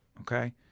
Okay